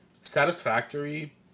Satisfactory